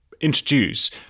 introduce